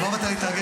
למה באת להתנגד?